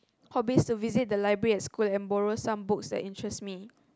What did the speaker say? hobbies to visit the library at school and borrow some books that interest me